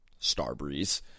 Starbreeze